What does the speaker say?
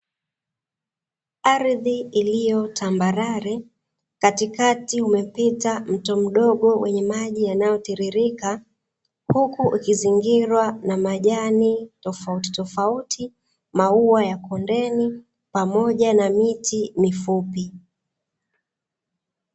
Ardhi iliyo tambarare. Katikati umepita mto mdogo wenye maji yanayotiririka, huku ukizingirwa na majani tofautitofauti, maua ya kondeni pamoja na miti mifupi.